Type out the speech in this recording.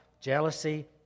jealousy